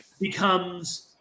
becomes